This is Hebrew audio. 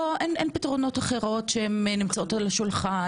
אין פתרונות אחרים שנמצאים על השולחן,